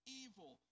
evil